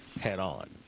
head-on